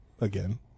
again